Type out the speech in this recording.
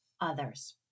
others